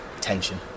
tension